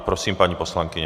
Prosím, paní poslankyně.